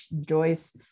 Joyce